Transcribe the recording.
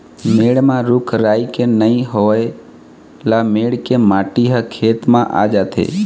मेड़ म रूख राई के नइ होए ल मेड़ के माटी ह खेत म आ जाथे